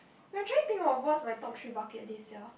I'm trying think of what's my top three bucket list sia